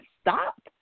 stop